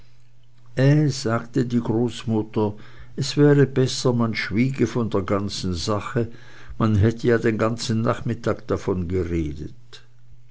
sagte die großmutter es wäre besser man schwiege von der ganzen sache man hätte ja den ganzen nachmittag davon geredet